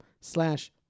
slash